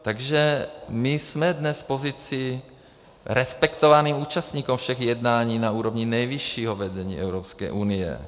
Takže my jsme dnes v pozici respektovaných účastníků všech jednání na úrovni nejvyššího vedení Evropské unie.